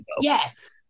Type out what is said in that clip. Yes